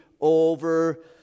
over